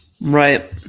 right